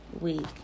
week